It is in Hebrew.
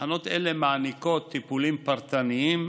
תחנות אלה מעניקות טיפולים פרטניים,